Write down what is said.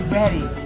ready